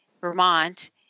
Vermont